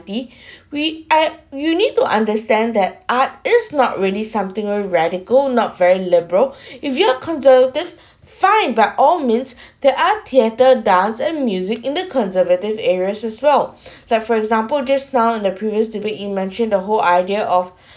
we at you need to understand that art is not really something very radical not very liberal if you're conservative fine but all means there are theatre dance and music in the conservative areas as well like for example just now in the previous debate you mentioned the whole idea of